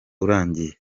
urangiye